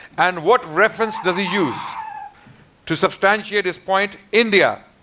and what reference does he use to substantiate his point? india.